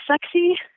sexy